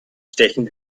stechen